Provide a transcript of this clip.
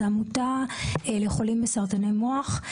זו עמותה לחולים בסרטני מוח.